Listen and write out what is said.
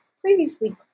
previously